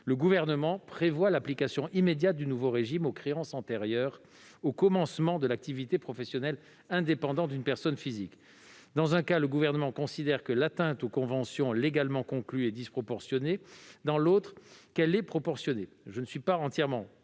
le Gouvernement prévoit l'application immédiate du nouveau régime aux créances antérieures au commencement de l'activité professionnelle indépendante d'une personne physique. Dans un cas, le Gouvernement considère que l'atteinte aux conventions légalement conclues est disproportionnée ; dans l'autre, qu'elle est proportionnée. Je ne suis pas entièrement